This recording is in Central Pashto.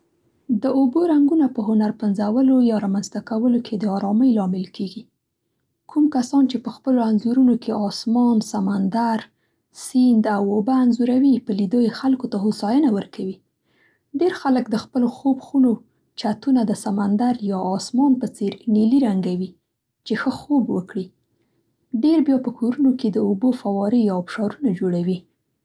د اوبو رنګونه په هنر پنځولو یا را منځته کولو کې د آرامۍ لامل کېږي. کوم کسان چې په خپلو انځورونو کې آسمان، سمندر، سیند او اوبه انځوروي په لیدو یې خلکو ته هوساینه ورکوي. ډېر خلک د خپلو خوب خونو چتونه د سمندر یا آسمان په څېر نیلي رنګوي چې ښه خوب وکړي. ډېر بیا په کورونو کې د اوبو فوارې یا آبشارونه جوړوي.